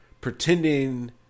pretending